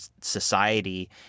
society